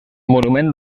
monument